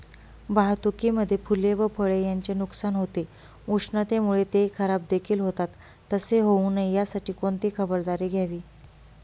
वाहतुकीमध्ये फूले व फळे यांचे नुकसान होते, उष्णतेमुळे ते खराबदेखील होतात तसे होऊ नये यासाठी कोणती खबरदारी घ्यावी?